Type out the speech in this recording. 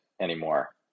anymore